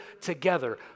together